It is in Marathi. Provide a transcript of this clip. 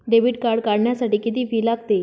डेबिट कार्ड काढण्यासाठी किती फी लागते?